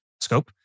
scope